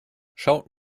schaut